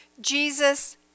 Jesus